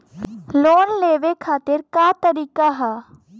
Loan के लेवे क तरीका का ह?